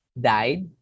died